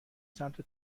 سمت